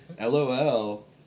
LOL